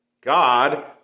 God